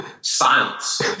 Silence